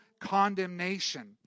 condemnation